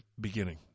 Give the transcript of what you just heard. beginning